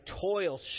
toil